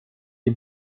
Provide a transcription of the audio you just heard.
die